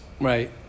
right